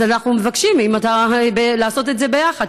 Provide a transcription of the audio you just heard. אז אנחנו מבקשים לעשות את זה ביחד,